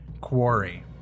quarry